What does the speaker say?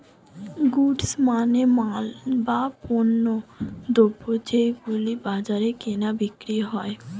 goods মানে মাল, বা পণ্যদ্রব যেগুলো বাজারে কেনা বিক্রি হয়